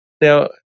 Now